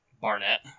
Barnett